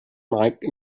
mike